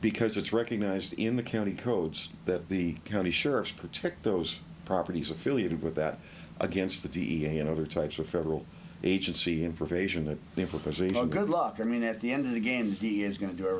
because it's recognized in the county codes that the county sheriffs protect those properties affiliated with that against the d a and other types of federal agency information that it was a no good luck i mean at the end of the game he is going to do